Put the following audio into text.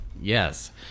Yes